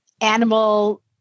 animal